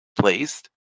placed